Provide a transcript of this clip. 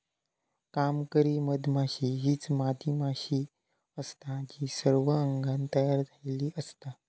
कामकरी मधमाशी हीच मादी मधमाशी असता जी सर्व अंगान तयार झालेली असता